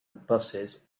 buses